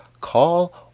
call